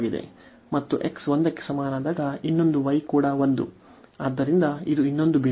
ಮತ್ತು x 1 ಕ್ಕೆ ಸಮನಾದಾಗ ಇನ್ನೊಂದು y ಕೂಡ 1 ಆದ್ದರಿಂದ ಇದು ಇನ್ನೊಂದು ಬಿಂದು